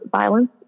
violence